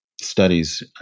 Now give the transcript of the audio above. studies